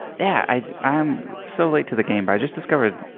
yeah i am so late to the game, but i just discovered